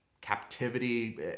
captivity